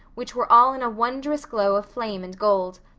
which were all in a wondrous glow of flame and gold,